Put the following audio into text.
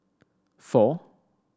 four